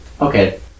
Okay